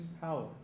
power